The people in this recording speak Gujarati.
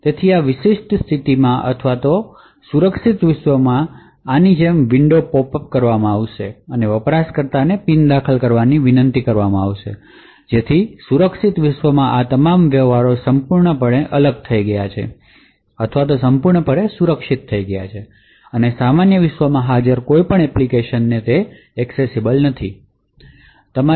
તેથી આ વિશિષ્ટ સ્થિતિમાં અથવા સુરક્ષિત વિશ્વમાં તે આની જેમ વિંડો પોપઅપ કરશે અને યુઝરને પિન દાખલ કરવાની વિનંતી કરશે જેથી સુરક્ષિત વિશ્વમાં આ તમામ વ્યવહારો સંપૂર્ણપણે અલગ થઈ ગયા હોય અથવા સંપૂર્ણપણે સુરક્ષિત રીતે કરવામાં આવે અને સામાન્ય વિશ્વમાં હાજર કોઈપણ એપ્લિકેશનમાંથી એક્સેસ ન હોય